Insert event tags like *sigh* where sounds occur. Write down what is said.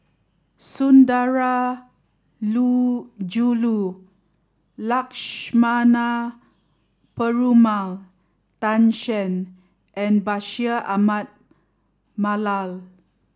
*unintelligible* Lakshmana Perumal Tan Shen and Bashir Ahmad Mallal